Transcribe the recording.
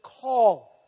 call